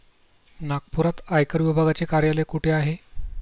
नागपुरात आयकर विभागाचे कार्यालय कुठे आहे?